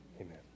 Amen